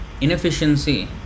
inefficiency